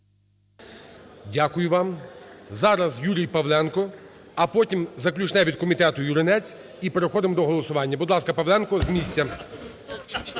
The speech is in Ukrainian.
Дякую вам. Зараз Юрій Павленко, а потім – заключне від комітету Юринець, і переходимо до голосування. Будь ласка, Павленко з місця.